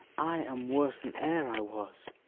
i am worse than e'er i was.